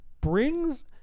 brings